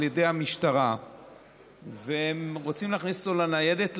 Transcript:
ידי המשטרה והם רוצים להכניס אותו לניידת,